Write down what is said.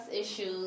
issues